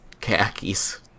khakis